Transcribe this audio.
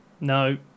No